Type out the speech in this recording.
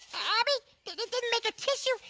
ah abby didn't make a tissue,